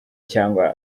cyangwa